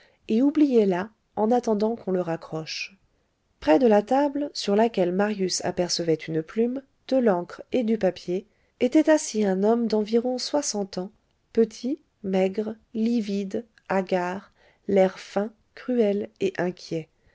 et oublié là en attendant qu'on le raccroche près de la table sur laquelle marius apercevait une plume de l'encre et du papier était assis un homme d'environ soixante ans petit maigre livide hagard l'air fin cruel et inquiet